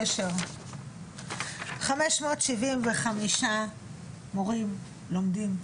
חמש מאות שבעים וחמישה מורים לומדים עכשיו,